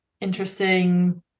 interesting